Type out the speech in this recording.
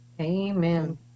Amen